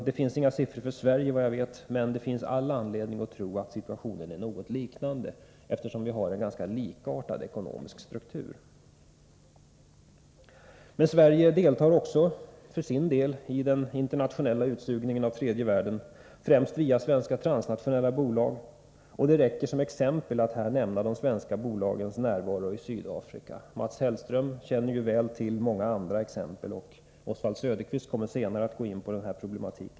Det finns inga siffror för Sverige såvitt jag vet, men det finns all anledning tro att situationen är ungefär densamma här, eftersom vi har en ganska likartad ekonomisk struktur. Men Sverige deltar också i den internationella utsugningen av tredje världen, främst via svenska transnationella bolag. Det räcker att som exempel nämna de svenska bolagens närvaro i Sydafrika. Mats Hellström känner väl till många andra exempel, och Oswald Söderqvist kommer senare att gå in på denna problematik.